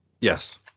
yes